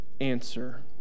answer